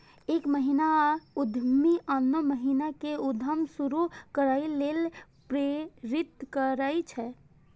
एक महिला उद्यमी आनो महिला कें उद्यम शुरू करै लेल प्रेरित करै छै